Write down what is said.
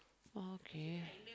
okay